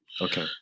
Okay